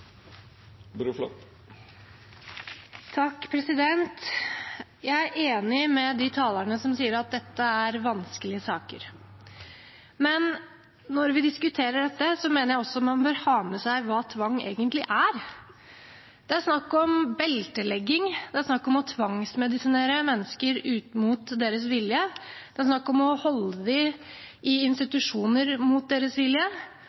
Jeg er enig med de talerne som sier at dette er vanskelige saker. Men når vi diskuterer dette, mener jeg også man bør ha med seg hva tvang egentlig er. Det er snakk om beltelegging, det er snakk om å tvangsmedisinere mennesker mot deres vilje, det er snakk om å holde dem i